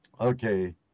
Okay